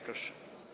Proszę.